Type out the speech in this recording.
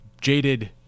jaded